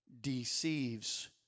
deceives